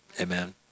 Amen